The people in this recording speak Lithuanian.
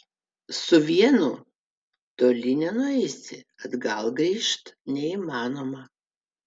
su vienu toli nenueisi atgal grįžt neįmanoma